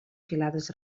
filades